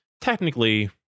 technically